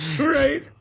Right